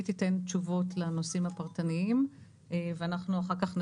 היא תתן תשובות לנושאים הפרטניים ואנחנו אחר כך נשלים,